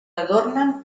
adornen